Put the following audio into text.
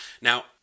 Now